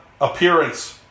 appearance